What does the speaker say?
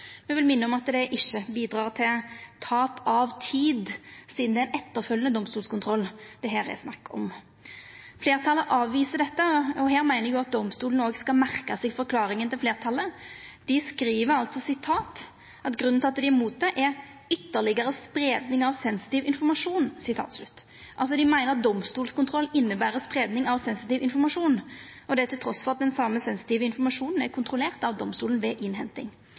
vil minna om at det ikkje bidreg til tap av tid, sidan det er ein etterfølgjande domstolskontroll det her er snakk om. Fleirtalet avviser dette, og her meiner eg at domstolen skal merka seg forklaringa til fleirtalet. Dei skriv at grunnen til at dei er imot det, er «ytterligere spredning av sensitiv informasjon». Dei meiner altså at domstolskontroll inneber spreiing av sensitiv informasjon, og det trass i at den same sensitive informasjonen er kontrollert av domstolen ved innhenting.